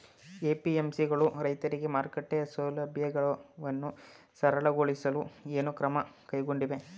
APMC ಗಳು ರೈತರಿಗೆ ಮಾರುಕಟ್ಟೆ ಸೌಲಭ್ಯವನ್ನು ಸರಳಗೊಳಿಸಲು ಏನು ಕ್ರಮ ಕೈಗೊಂಡಿವೆ?